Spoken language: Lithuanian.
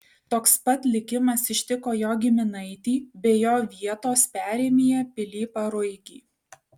toks pat likimas ištiko jo giminaitį bei jo vietos perėmėją pilypą ruigį